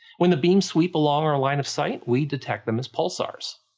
when the beams sweep along our line of sight we detect them as pulsars.